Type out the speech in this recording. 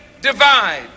divide